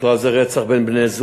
בכלל זה רצח בין בני-זוג,